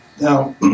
Now